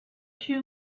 two